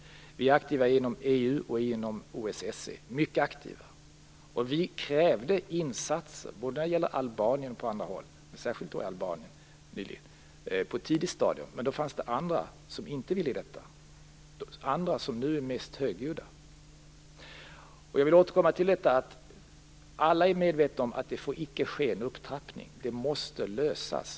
Vidare är vi mycket aktiva inom EU och inom OSSE. Vi krävde på ett tidigt stadium insatser både i Albanien och på andra håll, men särskilt i Albanien. Men då fanns det andra som inte ville detta, andra som nu är mest högljudda. Alla är medvetna om att det icke får ske en upptrappning. Problemen måste lösas.